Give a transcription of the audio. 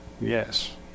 Yes